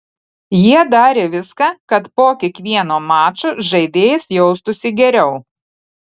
jie darė viską kad po kiekvieno mačo žaidėjas jaustųsi geriau